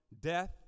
death